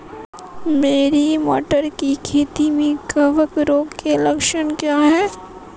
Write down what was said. मेरी मटर की खेती में कवक रोग के लक्षण क्या हैं?